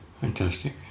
Fantastic